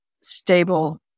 stable